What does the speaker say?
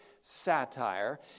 satire